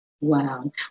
wow